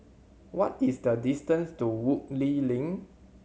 what is the distance to Woodleigh Link